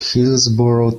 hillsborough